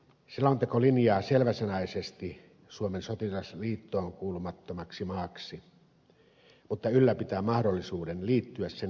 selonteko linjaa selväsanaisesti suomen sotilasliittoon kuulumattomaksi maaksi mutta ylläpitää mahdollisuuden liittyä sen jäseneksi